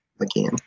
again